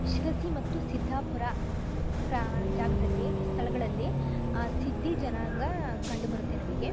ಶಿರಸಿ ಮತ್ತು ಸಿದ್ಧಾಪುರ ಪ್ರಾ ಜಾಗದಲ್ಲಿ ಸ್ಥಳಗಳಲ್ಲಿ ಸಿದ್ಧಿ ಜನಾಂಗ ಕಂಡುಬರುತ್ತೆ ನಮಗೆ